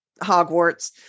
Hogwarts